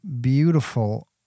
beautiful